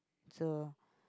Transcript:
so